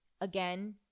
again